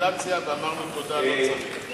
מניפולציה ואמרנו: תודה, לא צריך.